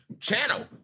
channel